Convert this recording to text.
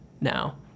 now